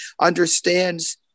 understands